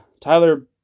Tyler